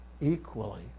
equally